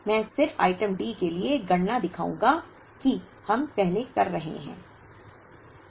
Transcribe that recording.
मैं सिर्फ item D के लिए गणना दिखाऊंगा कि हम पहले कर रहे हैं